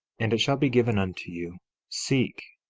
and it shall be given unto you seek,